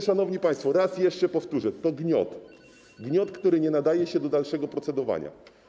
szanowni państwo, raz jeszcze powtórzę: to gniot, gniot, który nie nadaje się do dalszego procedowania.